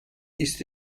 ist